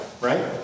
right